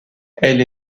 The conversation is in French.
elle